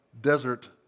desert